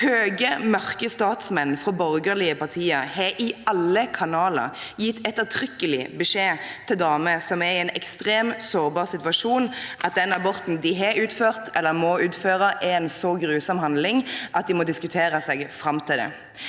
Høye, mørke statsmenn fra borgerlige partier har i alle kanaler gitt ettertrykkelig beskjed til damer som er i en ekstrem, sårbar situasjon, at den aborten de har utført eller må utføre, er en så grusom handling at de må diskutere seg fram til det.